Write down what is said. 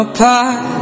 Apart